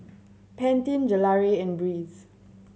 Pantene Gelare and Breeze